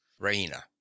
Raina